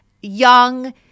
young